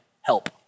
help